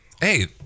hey